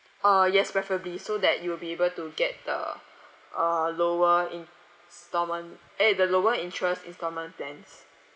uh yes preferably so that you will be able to get the uh lower instalment eh the lower interest instalment plans